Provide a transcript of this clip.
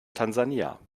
tansania